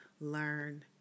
learn